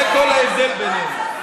זה כל ההבדל בינינו.